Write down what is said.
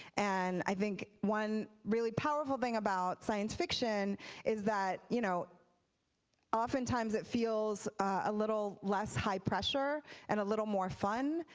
and i think one really powerful thing about science fiction is that you know often times it feels a little less high pressure and a little more fun.